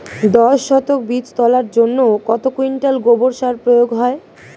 দশ শতক বীজ তলার জন্য কত কুইন্টাল গোবর সার প্রয়োগ হয়?